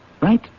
Right